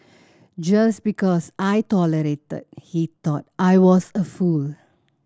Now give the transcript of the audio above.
just because I tolerated he thought I was a fool